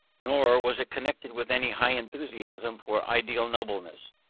nor was it connected with any high enthusiasm for ideal nobleness.